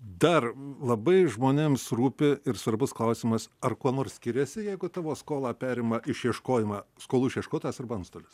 dar labai žmonėms rūpi ir svarbus klausimas ar kuo nors skiriasi jeigu tavo skolą perima išieškojimą skolų išieškotojas arba antstolis